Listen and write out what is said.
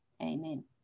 amen